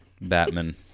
Batman